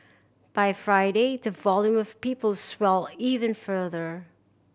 by Friday the volume of people swelled even further